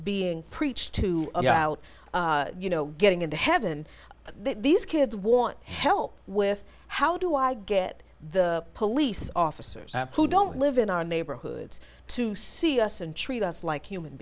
being preached to about you know getting into heaven these kids want help with how do i get the police officers who don't live in our neighborhoods to see us and treat us like human